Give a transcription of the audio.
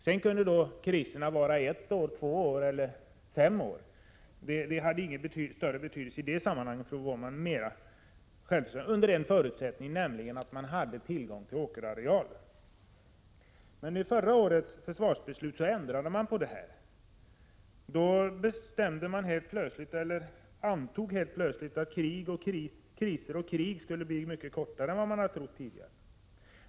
Sedan kunde kriserna vara ett år, två år eller fem år. Det hade ingen större betydelse i det sammanhanget. Det fanns dock en förutsättning för självförsörjning under en sådan period, nämligen att man hade tillgång till åkerareal. I förra årets försvarsbeslut ändrades detta. Då antog man helt plötsligt att krig och kriser skulle bli mycket kortare än man trott tidigare.